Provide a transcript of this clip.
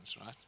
right